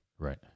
Right